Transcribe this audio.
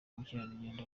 ubukerarugendo